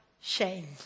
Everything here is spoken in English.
shame